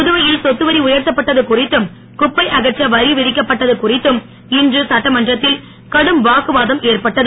புதுவையில் சொத்துவரி உயர்த்தப்பட்டது குறித்தும் குப்பை அகற்ற வரி விதிக்கப்பட்டது குறித்தும் இன்று சட்டமன்றத்தில் கடும் வாக்குவாதம் ஏற்பட்டது